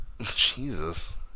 Jesus